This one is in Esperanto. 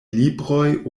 libroj